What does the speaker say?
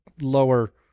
lower